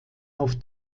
auf